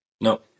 No